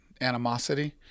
animosity